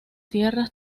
tierras